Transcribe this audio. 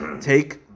Take